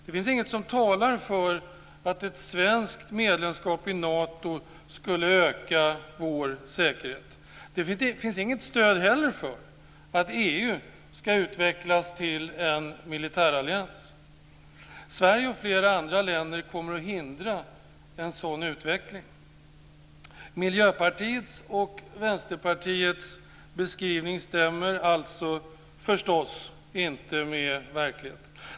Det finns inget som talar för att ett svenskt medlemskap i Nato skulle öka vår säkerhet. Det finns inte heller något stöd för att EU ska utvecklas till en militärallians. Sverige och flera andra länder kommer att hindra en sådan utveckling. Miljöpartiets och Vänsterpartiets beskrivning stämmer förstås inte med verkligheten.